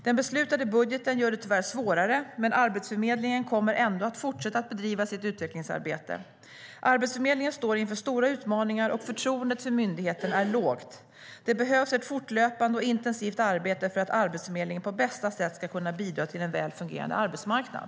Den beslutade budgeten gör det tyvärr svårare, men Arbetsförmedlingen kommer ändå att fortsätta att bedriva sitt utvecklingsarbete. Arbetsförmedlingen står inför stora utmaningar, och förtroendet för myndigheten är lågt. Det behövs ett fortlöpande och intensivt arbete för att Arbetsförmedlingen på bästa sätt ska kunna bidra till en väl fungerande arbetsmarknad.